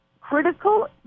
critical